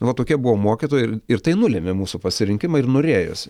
va tokie buvo mokytojai ir ir tai nulėmė mūsų pasirinkimą ir norėjosi